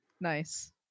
nice